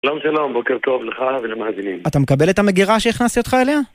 שלום, שלום, בוקר טוב לך ולמאזינים. אתה מקבל את המגירה שהכנסתי אותך אליה?